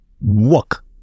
walk